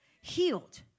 healed